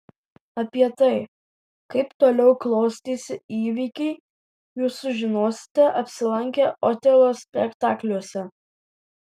apie tai kaip toliau klostėsi įvykiai jūs sužinosite apsilankę otelo spektakliuose